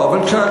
בבקשה.